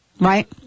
Right